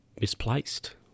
misplaced